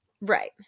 right